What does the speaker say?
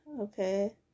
okay